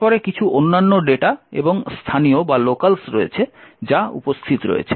তারপরে কিছু অন্যান্য ডেটা এবং স্থানীয় রয়েছে যা উপস্থিত রয়েছে